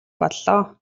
боллоо